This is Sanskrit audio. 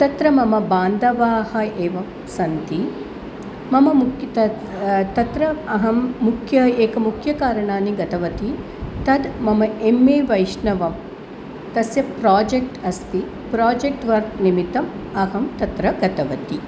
तत्र मम बान्धवाः एव सन्ति मम तत्र अहम् मुख्यम् एकमुख्यकारणानि गतवती तत् मम एम् ए वैष्णवं तस्य प्रोजेक्ट् अस्ति प्रोजेक्ट्वर्क्निमित्तम् अहं तत्र गतवती